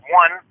one